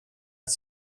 att